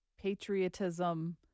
patriotism